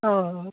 অঁ